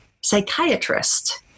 psychiatrist